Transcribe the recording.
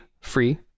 free